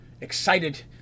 excited